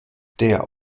der